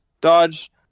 Dodge